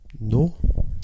No